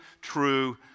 true